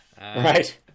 Right